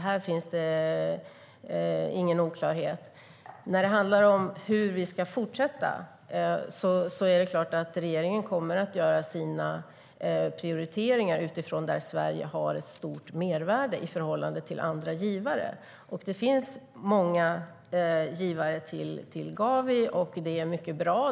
Här finns det alltså ingen oklarhet. När det handlar om hur vi ska fortsätta är det klart att regeringen kommer att göra sina prioriteringar utifrån var Sverige har ett stort mervärde i förhållande till andra givare. Det finns många givare till Gavi, och det är mycket bra.